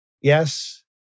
yes